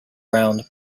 round